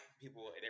people